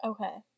Okay